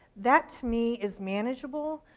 that to me is manageable.